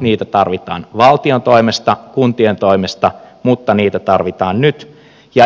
niitä tarvitaan valtion toimesta kuntien toimesta mutta niitä tarvitaan nyt ja